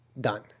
done